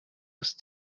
ist